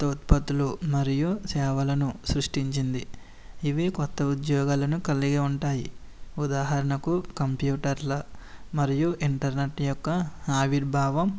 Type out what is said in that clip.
కొత్త ఉత్పత్తులు మరియు సేవలను సృష్టించింది ఇవి కొత్త ఉద్యోగాలను కలిగి ఉంటాయి ఉదాహరణకు కంప్యూటర్ల మరియు ఇంటర్నెట్ యొక్క ఆవిర్భావం